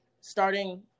starting